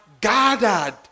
gathered